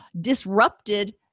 disrupted